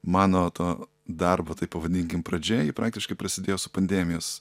mano to darbo taip pavadinkim pradžia ji praktiškai prasidėjo su pandemijos